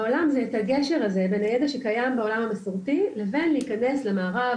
בעולם זה את הגשר הזה בין הידע שקיים בעולם המסורתי לבין להיכנס למערב,